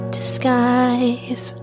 disguise